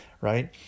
right